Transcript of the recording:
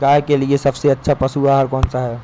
गाय के लिए सबसे अच्छा पशु आहार कौन सा है?